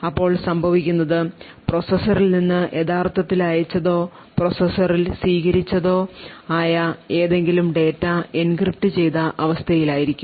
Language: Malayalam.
അപ്പോൾ സംഭവിക്കുന്നത് പ്രോസസ്സറിൽ നിന്ന് യഥാർത്ഥത്തിൽ അയച്ചതോ പ്രോസസ്സറിൽ സ്വീകരിച്ചതോ ആയ ഏതെങ്കിലും ഡാറ്റ എൻക്രിപ്റ്റ് ചെയ്ത അവസ്ഥയിലായിരിക്കും